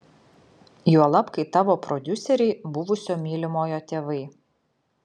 juolab kai tavo prodiuseriai buvusio mylimojo tėvai